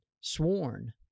sworn